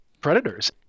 predators